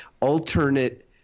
alternate